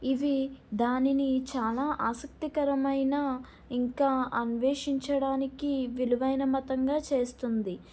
ఇవి దానిని చాలా ఆసక్తికరమైన ఇంకా అన్వేషించడానికి విలువైన మతంగా చేస్తుంది